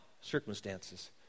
circumstances